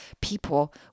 people